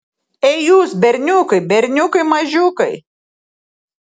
ei jūs berniukai berniukai mažiukai